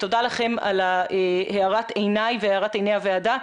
תודה לכם על הארת עיני ועיני הוועדה.